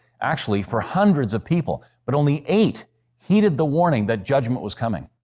actually, for hundreds of people, but only eight heeded the warning that judgement was coming.